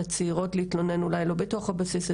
לצעירות להתלונן אולי לא בתוך הבסיס,